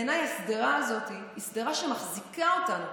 בעיניי השדרה הזאת היא שדרה שמחזיקה אותנו.